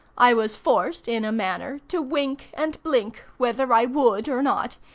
i was forced, in a manner, to wink and to blink, whether i would or not,